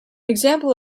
example